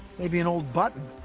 maybe an old button